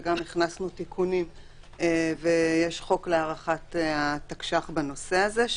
וגם הכנסנו תיקונים ויש חוק להארכת התקש"ח בנושא הזה,